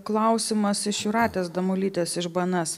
klausimas iš jūratės damulytės iš bns